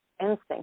instinct